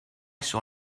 saw